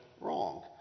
wrong